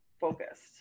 focused